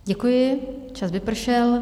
Děkuji, čas vypršel.